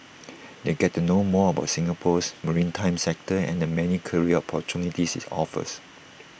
they get to know more about Singapore's maritime sector and the many career opportunities IT offers